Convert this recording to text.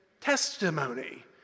testimony